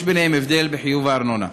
יש לגביהם הבדל בחיוב הארנונה.